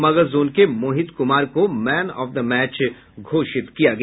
Magadh zone के मोहित कुमार को man of the match घोषित किया गया